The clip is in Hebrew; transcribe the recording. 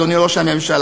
אדוני ראש הממשלה,